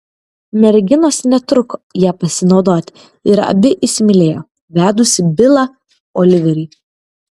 merginos netruko ja pasinaudoti ir abi įsimylėjo vedusį bilą oliverį